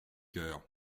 coeur